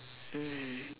mm